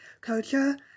culture